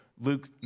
Luke